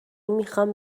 میخوام